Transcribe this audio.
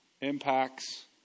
impacts